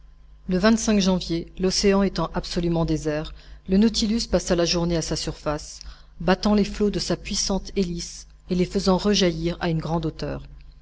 le janvier l'océan étant absolument désert le nautilus passa la journée à sa surface battant les flots de sa puissante hélice et les faisant rejaillir à une grande hauteur